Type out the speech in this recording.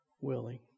willing